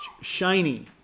shiny